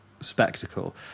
spectacle